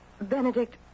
Benedict